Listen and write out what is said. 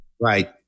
Right